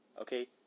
Okay